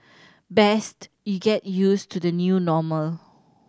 best you get used to the new normal